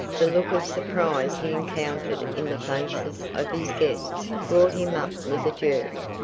the look of surprise he encountered in the faces of his guests brought him up with a jerk.